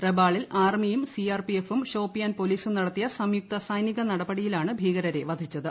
റെബാളിൽ ആർമിയും സിആർപിഎഫ് ഉം ഷോപിയാൻ പോലീസും നടത്തിയ സംയുക്ത സൈനിക നടപടിയിലാണ് ഭീകരരെ വധിച്ചത്